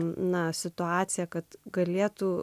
na situaciją kad galėtų